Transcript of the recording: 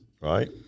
Right